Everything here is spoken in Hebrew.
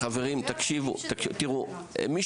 אנשים